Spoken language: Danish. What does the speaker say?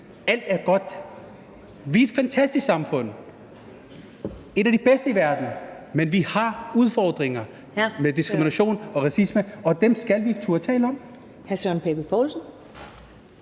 alt er godt. Vi har et fantastisk samfund, et af de bedste i verden, men vi har udfordringer med diskrimination og racisme. Det skal vi turde tale om.